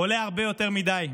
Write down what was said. עולה הרבה יותר מדי.